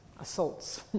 assaults